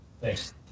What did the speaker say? Thanks